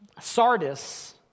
Sardis